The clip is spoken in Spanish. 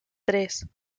tres